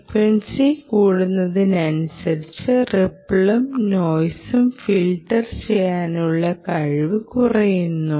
frequency കൂടുന്നതിനനുസരിച്ച് റിപ്പളും നോയ്സും ഫിൽട്ടർ ചെയ്യാനുള്ള കഴിവ് കുറയുന്നു